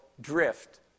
drift